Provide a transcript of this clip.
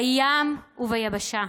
בים וביבשה.